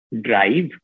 Drive